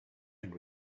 end